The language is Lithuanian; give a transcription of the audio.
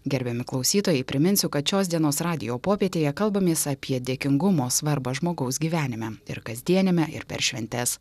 gerbiami klausytojai priminsiu kad šios dienos radijo popietėje kalbamės apie dėkingumo svarbą žmogaus gyvenime ir kasdieniame ir per šventes